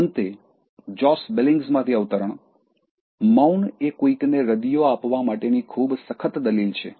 અંતે જોશ બિલિંગ્સમાંથી અવતરણ મૌન એ કોઈકને રદિયો આપવા માટેની ખૂબ સખત દલીલ છે